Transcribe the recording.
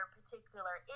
particular